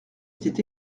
était